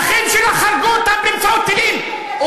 האחים שלך הרגו אותם באמצעות טילים.